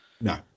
No